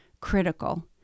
critical